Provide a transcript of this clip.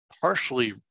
partially